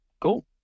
Cool